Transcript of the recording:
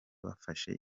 bafashe